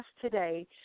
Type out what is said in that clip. today